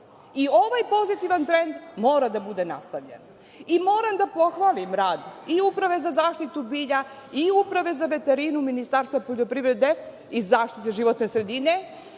Ovaj pozitivan trend mora da bude nastavljen. Moram da pohvalim rad i Uprave za zaštitu bilja i Uprave za veterinu Ministarstva poljoprivrede i zaštite životne sredine